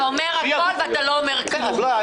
אתה אומר הכול ולא אומר כלום.